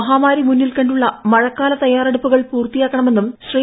മഹാമാരി മുന്നിൽക്കണ്ടുള്ള മഴക്കാല തയ്യാറെടുപ്പുകൾ പൂർത്തിയാക്കണമെന്നും ശ്രീ